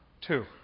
Two